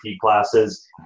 classes